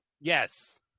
Yes